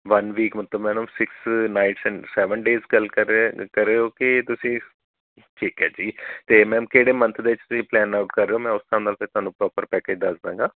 one week ਮਤਲਬ madam six nights seven days ਗੱਲ ਕਰ ਰਹੇ ਹੈ ਕਰ ਰਹੇ ਹੋ ਕਿ ਤੁਸੀਂ ਠੀਕ ਹੈ ਜੀ ਅਤੇ ਮੈਮ ਕਿਹੜੇ ਮੰਥ ਦਾ 'ਚ ਤੁਸੀਂ ਪਲੈਨ ਆਊਟ ਕਰ ਰਹੇ ਹੋ ਮੈਂ ਉਸ ਹਿਸਾਬ ਨਾਲ ਫਿਰ ਤੁਹਾਨੂੰ ਪ੍ਰੋਪਰ ਪੈਕੇਜ ਦੱਸ ਦਾਂਗਾ